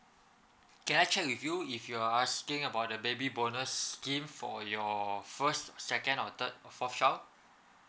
can I check with you if you're asking about the baby bonus scheme for your first second or third or fourth child